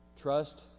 Trust